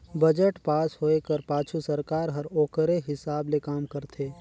budget pass होए कर पाछू सरकार हर ओकरे हिसाब ले काम करथे